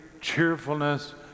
cheerfulness